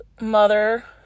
mother